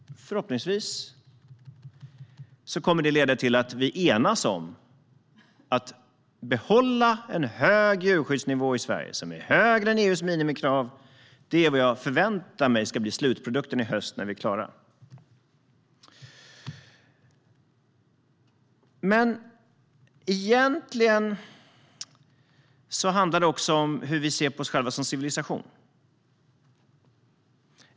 Förhoppningsvis kommer det att leda till att vi enas om att behålla en hög djurskyddsnivå i Sverige som är högre än EU:s minimikrav. Det är vad jag förväntar mig ska bli slutprodukten i höst när vi är klara. Det handlar också om hur vi ser på oss själva som civilisation.